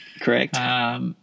Correct